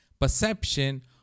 perception